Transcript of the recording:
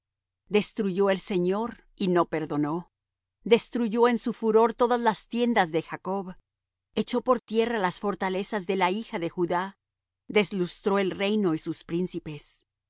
destruyó el señor y no perdonó destruyó en su furor todas las tiendas de jacob echó por tierra las fortalezas de la hija de judá deslustró el reino y sus príncipes